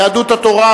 יהדות התורה,